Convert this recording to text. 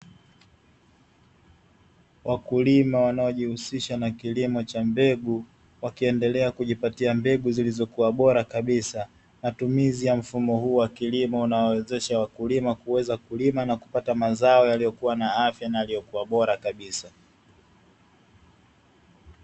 Wakulima wanaojihusisha na kilimo cha mbegu, wakiendelea kujipatia mbegu zilizokuwa bora kabisa. Matumizi ya mfumo huu wa kilimo unaowawezesha wakulima kuweza kulima na kupata mazao yaliyokuwa na afya na yaliyokuwa bora kabisa.